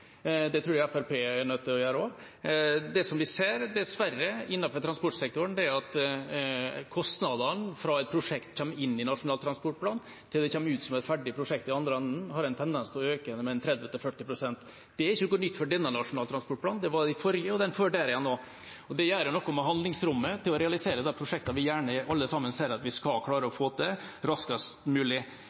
Det tror jeg også Fremskrittspartiet er nødt til å gjøre. Det vi dessverre ser innenfor transportsektoren, er at kostnadene fra et prosjekt kommer inn i Nasjonal transportplan til det kommer ut som et ferdig prosjekt i den andre enden, har en tendens til å øke med 30–40 pst. Det er ikke noe nytt for denne nasjonale transportplanen – det gjaldt den forrige og den før der igjen også. Det gjør noe med handlingsrommet med hensyn til å realisere de prosjektene vi alle sammen gjerne ser at vi skal klare å få til raskest mulig.